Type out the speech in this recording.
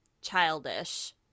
childish